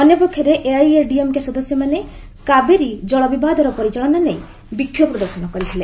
ଅନ୍ୟପକ୍ଷରେ ଏଆଇଏଡିଏମ୍କେ ସଦସ୍ୟମାନେ କାବେରୀ ଜଳବିବାଦର ପରିଚାଳନା ନେଇ ବିକ୍ଷୋଭ ପ୍ରଦର୍ଶନ କରିଥିଲେ